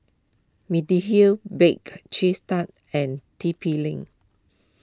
Mediheal Bake Cheese Tart and T P Link